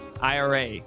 IRA